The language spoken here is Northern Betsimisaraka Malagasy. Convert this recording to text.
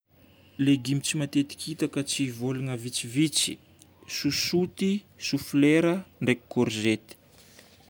Légume tsy matetiky hita ka tsy volagna vitsivitsy: sosoty, chou-fleur, ndraiky kôrzety.